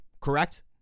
correct